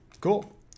Cool